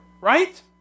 right